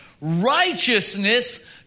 righteousness